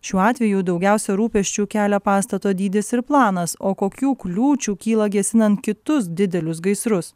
šiuo atveju daugiausia rūpesčių kelia pastato dydis ir planas o kokių kliūčių kyla gesinant kitus didelius gaisrus